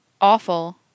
awful